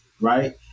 right